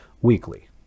weekly